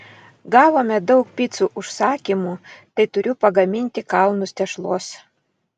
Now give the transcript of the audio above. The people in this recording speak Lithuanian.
gavome daug picų užsakymų tai turiu pagaminti kalnus tešlos